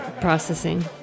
processing